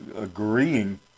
agreeing